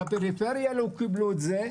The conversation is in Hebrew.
בפריפריה לא קיבלו את זה,